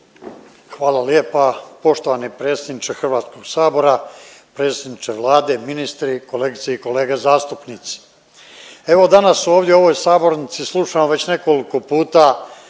Hvala lijepa. Poštovani predsjedniče Hrvatskog sabora, predsjedniče Vlade, ministri, kolegice i kolege zastupnici. Evo danas ovdje u ovoj sabornici slušam već nekoliko puta